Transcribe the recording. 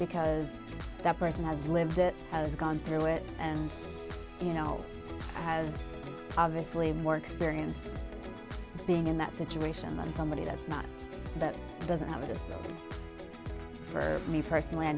because that person has lived it has gone through it and you know has obviously more experienced being in that situation than somebody that's not that doesn't have this for me personally i